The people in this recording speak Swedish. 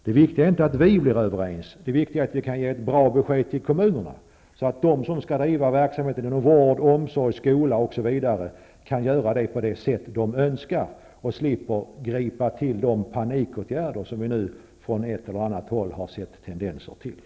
Det viktiga är inte att vi blir överens, utan att vi kan ge ett bra besked till kommunerna, så att de som skall driva verksamheten inom vård, omsorg, skola osv. kan göra det på det sätt de önskar och slipper gripa till de panikåtgärder som vi nu har sett tendenser till på ett och annat håll.